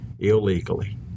illegally